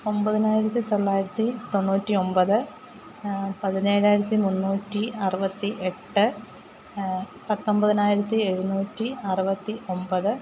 ഒമ്പതിനായിരത്തിത്തൊള്ളായിരത്തി തൊണ്ണൂറ്റി ഒമ്പത് പതിനേഴായിരത്തി മുന്നൂറ്റി അറുപത്തി എട്ട് പത്തൊമ്പതിനായിരത്തി എഴുന്നൂറ്റി അറുപത്തി ഒമ്പത്